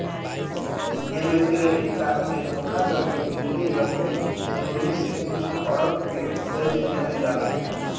ऐमे credit card के धोखाधड़ी गिरवी रखे चोरी से कुछ हड़प के बेच दिहल जाला